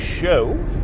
Show